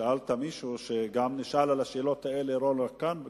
שאלת מישהו שגם נשאל על השאלות האלה לא רק כאן,